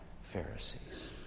Pharisees